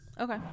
Okay